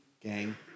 gang